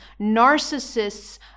narcissists